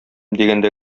дигәндә